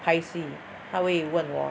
拍戏她会问我